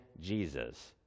Jesus